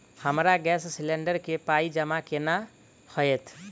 हमरा gas cylinder केँ पाई जमा केना हएत?